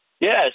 Yes